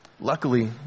Luckily